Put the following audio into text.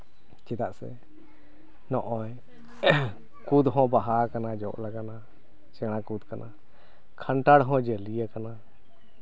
ᱪᱮᱫᱟᱜ ᱥᱮ ᱱᱚᱜᱼᱚᱭ ᱠᱩᱸᱫ ᱦᱚᱸ ᱵᱟᱦᱟ ᱟᱠᱟᱱᱟ ᱡᱚ ᱠᱟᱱᱟ ᱥᱮᱬᱟ ᱠᱩᱸᱫ ᱠᱟᱱᱟ ᱠᱷᱟᱱᱴᱟᱲ ᱦᱚᱸ ᱡᱟᱹᱞᱤ ᱟᱠᱟᱱᱟ